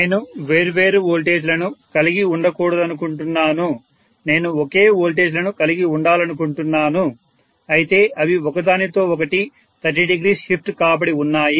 నేను వేర్వేరు వోల్టేజ్లను కలిగి ఉండకూడదనుకుంటున్నాను నేను ఒకే వోల్టేజ్లను కలిగి ఉండాలనుకుంటున్నాను అయితే అవి ఒకదానికొకటి 300 షిఫ్ట్ కాబడి ఉన్నాయి